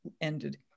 ended